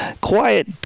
Quiet